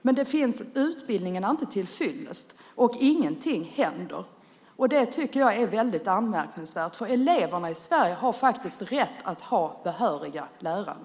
Men utbildningen är inte tillfyllest, och ingenting händer. Det är väldigt anmärkningsvärt. Eleverna i Sverige har rätt att ha behöriga lärare.